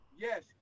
Yes